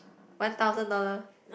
one thousand dollar